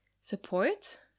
support